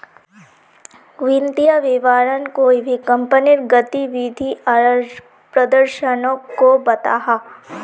वित्तिय विवरण कोए भी कंपनीर गतिविधि आर प्रदर्शनोक को बताहा